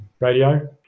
radio